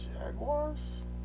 Jaguars